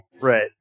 Right